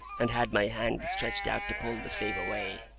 and had my hand stretched out to pull the sleeve away,